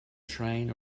train